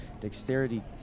dexterity